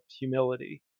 humility